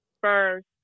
first